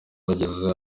bageze